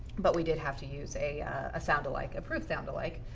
but we did have to use a ah soundalike, approved sound alike.